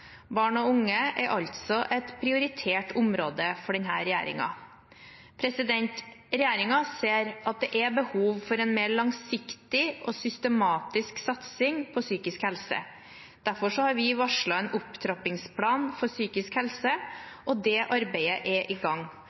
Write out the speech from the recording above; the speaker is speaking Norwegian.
Barn og unge er altså et prioritert område for denne regjeringen. Regjeringen ser at det er behov for en mer langsiktig og systematisk satsing på psykisk helse. Derfor har vi varslet en ny opptrappingsplan for psykisk helse, og det arbeidet er i gang.